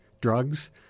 drugs